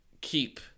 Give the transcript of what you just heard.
keep